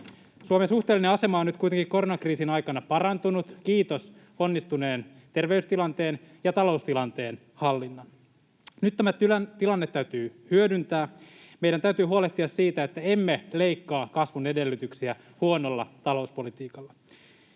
Suomen suhteellinen asema on nyt kuitenkin koronakriisin aikana parantunut, kiitos onnistuneen terveystilanteen ja taloustilanteen hallinnan. Nyt tämä tilanne täytyy hyödyntää. Meidän täytyy huolehtia siitä, että emme leikkaa kasvun edellytyksiä huonolla talouspolitiikalla.